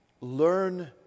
learn